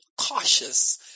cautious